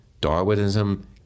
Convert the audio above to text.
Darwinism